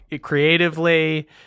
creatively